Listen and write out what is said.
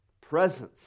presence